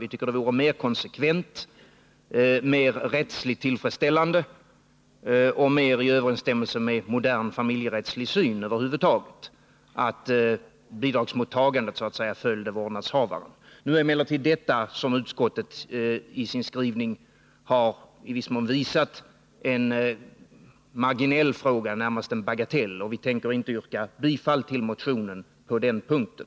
Vi tycker det vore mer konsekvent, mer rättsligt tillfredsställande och mer i överensstämmelse med modern familjerättslig syn över huvud taget att bidragsmottagandet så att säga följde vårdnadshavaren. Nu är emellertid detta, som utskottet i sin skrivning i viss mån visat, en marginell fråga — närmast en bagatell — och vi tänker inte yrka bifall till motionen på den punkten.